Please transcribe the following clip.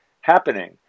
happening